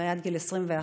הרי בגיל 21,